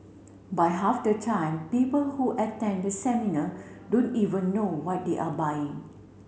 but half the time people who attend the seminar don't even know what they are buying